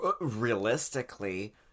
realistically